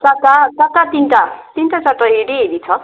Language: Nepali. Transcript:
कता कता तिनवटा तिनवटा चारवटा हेरी हेरी हुन्छ